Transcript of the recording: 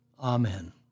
Amen